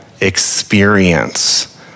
experience